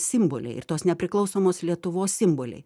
simboliai ir tos nepriklausomos lietuvos simboliai